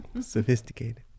sophisticated